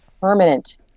permanent